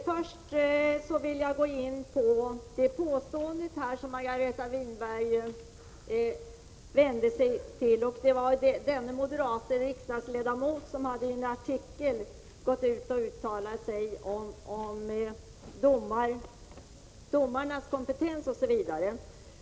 Herr talman! Först vill jag gå in på det påstående som Margareta Winberg riktade till oss. Det gällde en moderat riksdagsledamot som i en artikel hade uttalat sig om domarnas kompetens osv.